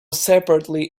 separately